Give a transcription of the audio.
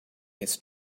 his